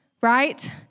right